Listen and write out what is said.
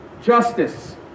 justice